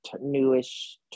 newish